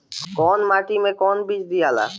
कौन माटी मे कौन बीज दियाला?